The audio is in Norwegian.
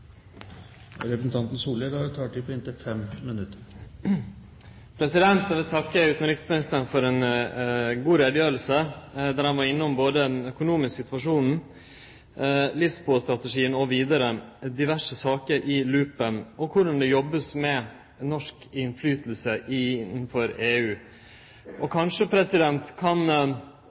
Eg vil takke utanriksministeren for ei god utgreiing. Han var innom både den økonomiske situasjonen og Lisboa-strategien og hadde vidare diverse saker i loopen, og korleis ein jobbar med norsk innflytelse i EU. Kanskje kan